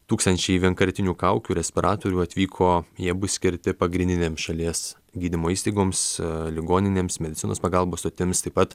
tūkstančiai vienkartinių kaukių respiratorių atvyko jie bus skirti pagrindinėms šalies gydymo įstaigoms ligoninėms medicinos pagalbos stotims taip pat